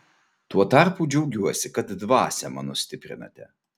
tuo tarpu džiaugiuosi kad dvasią mano stiprinate